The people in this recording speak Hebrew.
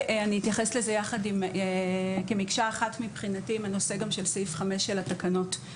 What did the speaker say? ואני אתייחס לזה כמקשה אחת מבחינתי עם הנושא גם של סעיף 5 של התקנות.